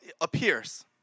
appears